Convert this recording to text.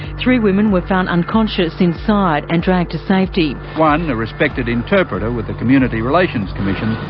three women were found unconscious inside and dragged to safety. one, a respected interpreter with the community relations commission,